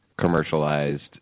commercialized